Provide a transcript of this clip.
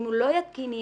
אם הוא לא יתקין EMV,